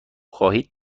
خواهید